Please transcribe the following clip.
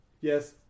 Yes